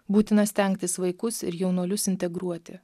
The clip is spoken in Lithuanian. būtina stengtis vaikus ir jaunuolius integruoti